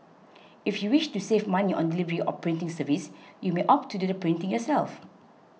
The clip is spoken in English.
if you wish to save money on delivery or printing service you may opt to do the printing yourself